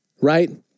Right